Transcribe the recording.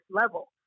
level